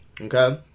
okay